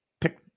pick